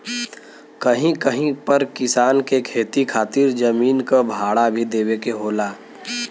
कहीं कहीं पर किसान के खेती खातिर जमीन क भाड़ा भी देवे के होला